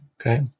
Okay